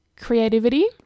creativity